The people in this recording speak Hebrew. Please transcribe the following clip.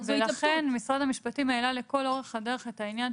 אבל אם הרופא מעוניין שלא תתקבל החלטה בעניינו ובעצם הוא ימשיך